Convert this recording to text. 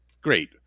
great